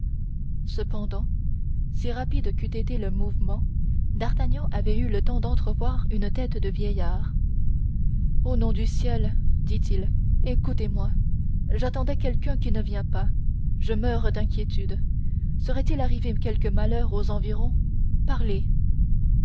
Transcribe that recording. cependant si rapide qu'eût été le mouvement d'artagnan avait eu le temps d'entrevoir une tête de vieillard au nom du ciel dit-il écoutez-moi j'attendais quelqu'un qui ne vient pas je meurs d'inquiétude serait-il arrivé quelque malheur aux environs parlez